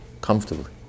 comfortably